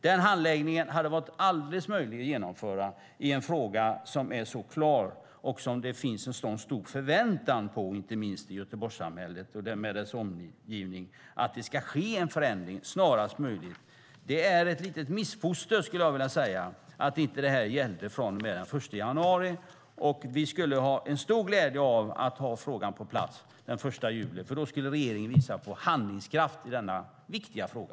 Den handläggningen hade varit fullt möjlig att genomföra i en fråga som är så klar och där det finns en så stor förväntan, inte minst i Göteborgssamhället med omgivning, på att det ska ske en förändring snarast möjligt. Det är ett litet missfoster, skulle jag vilja säga, att inte detta gällt från och med den 1 januari. Vi skulle ha stor glädje av att ha frågan på plats den 1 juli. Då skulle regeringen ha visat handlingskraft i denna viktiga fråga.